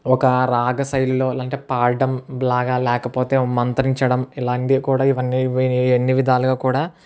ఒక రాగశైలిలో అంటే పాడటం లాగ లేకపోతే మంత్రించడం ఇలాంటివి కూడా ఇవన్నీ అన్ని విధాలుగా కూడా